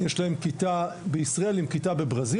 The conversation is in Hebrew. יש להם כיתה בישראל עם כיתה בברזיל,